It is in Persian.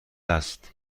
است